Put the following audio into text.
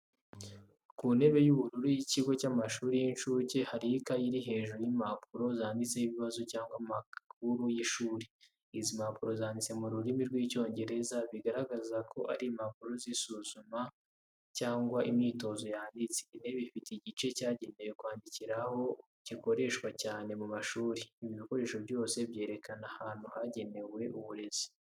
Ku ntebe y’ubururu y’ikigo cy’amashuri y’incuke, hariho ikaye iri hejuru y’impapuro zanditseho ibibazo cyangwa amakuru y’ishuri. Izi mpapuro zanditse mu rurimi rw’Icyongereza, bigaragaza ko ari impapuro z’isuzuma cyangwa imyitozo yanditse. Intebe ifite igice cyagenewe kwandikiraho gikoreshwa cyane mu mashuri. Ibi bikoresho byose byerekana ahantu hagenewe uburezi.